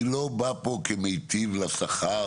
אני לא בא פה כמיטיב לשכר,